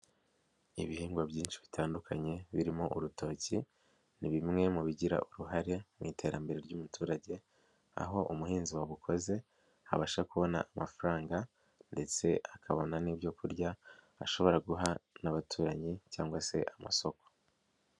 Ibihingwa byinshi bitandukanye birimo urutoki ni bimwe mu bigira uruhare mu iterambere ry'umuturage, aho umuhinzi wabukoze abasha kubona amafaranga ndetse akabona n'ibyo kurya ashobora guha n'abaturanyi cyangwa se amasoko.